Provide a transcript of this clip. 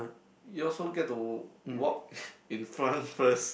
you also get to walk in front first